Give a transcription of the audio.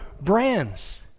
brands